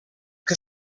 que